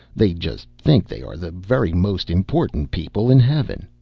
they just think they are the very most important people in heaven.